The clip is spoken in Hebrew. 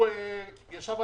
ההקדשות ואת הזכויות שלהם,